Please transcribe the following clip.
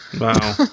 Wow